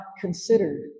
considered